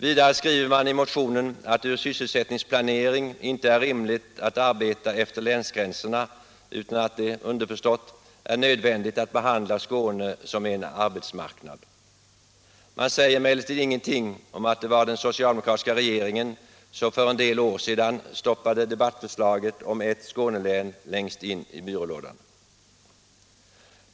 Vidare skriver man i den socialdemokratiska motionen att det vid sysselsättningsplaneringen inte är rimligt att arbeta efter länsgränserna utan att det underförstått är nödvändigt att behandla Skåne som en arbetsmarknad. Man säger emellertid ingenting om att det var den socialdemokratiska regeringen som för en del år sedan längst in i byrålådan stoppade debattförslaget om ett Skånelän.